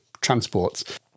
transports